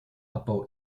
abbau